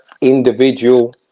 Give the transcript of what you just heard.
individual